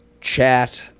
chat